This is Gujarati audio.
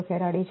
75μF છે